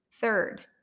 Third